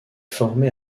formé